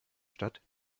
stadt